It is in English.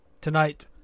tonight